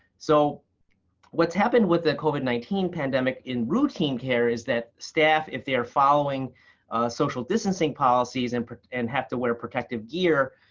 so what's happened with the covid nineteen pandemic in routine care is that staff, if they are following social distancing policies and and have to wear protective gear,